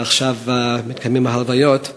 ועכשיו מתקיימות ההלוויות,